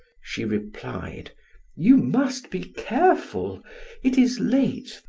she replied you must be careful it is late,